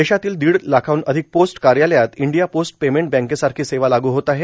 देशातील दीड लाखांहन अधिक पोस्ट कार्यालयात इंडिया पोस्ट पेमेंट बॅंकेसारखी सेवा लागू होत आहे